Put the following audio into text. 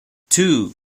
two